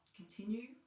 continue